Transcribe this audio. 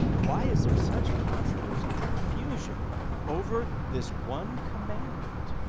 why is there such controversy and confusion over this one commandment?